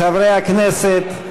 חברי הכנסת,